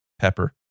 pepper